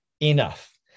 enough